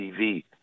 TV